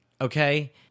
okay